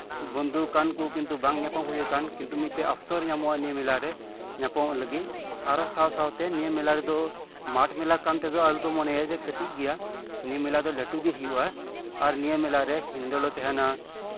ᱵᱚᱱᱫᱷᱩ ᱠᱟᱱ ᱠᱚ ᱠᱤᱱᱛᱩ ᱵᱟᱝ ᱧᱟᱯᱟᱢ ᱦᱩᱭ ᱟᱠᱟᱱ ᱠᱤᱱᱛᱩ ᱚᱯᱥᱚᱨ ᱧᱟᱢᱚᱜᱦᱼᱟ ᱱᱤᱭᱟᱹ ᱢᱮᱞᱟᱨᱮ ᱚᱯᱥᱚᱨ ᱧᱟᱢᱚᱜᱼᱟ ᱧᱟᱯᱟᱢᱚᱜ ᱞᱟᱹᱜᱤᱫ ᱟᱨ ᱥᱟᱶ ᱥᱟᱶᱛᱮ ᱱᱤᱭᱟᱹ ᱢᱮᱞᱟ ᱨᱮᱫᱚ ᱢᱟᱴᱷ ᱢᱮᱞᱟ ᱠᱟᱱᱛᱮ ᱟᱞᱚᱯᱮ ᱢᱚᱱᱮᱭᱟ ᱡᱮ ᱠᱟᱹᱴᱤᱡ ᱜᱮᱭᱟ ᱱᱤᱭᱟᱹ ᱢᱮᱞᱟ ᱫᱚ ᱞᱟᱹᱴᱩ ᱜᱮᱭᱟ ᱦᱩᱭᱩᱜᱼᱟ ᱟᱨ ᱱᱤᱭᱟᱹ ᱢᱮᱞᱟᱨᱮ ᱦᱤᱱᱰᱳᱞ ᱦᱚᱸ ᱛᱟᱦᱮᱱᱟ